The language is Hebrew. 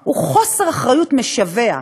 הוא חוסר אחריות משווע,